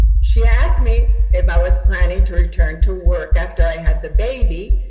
she asked me if i was planning to return to work after i had the baby.